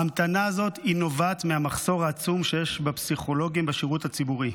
ההמתנה הזאת נובעת מהמחסור העצום שיש בפסיכולוגים בשירות הציבורי.